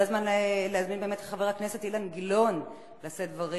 זה באמת הזמן להזמין את חבר הכנסת אילן גילאון לשאת דברים.